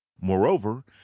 Moreover